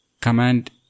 command